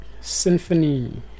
Symphony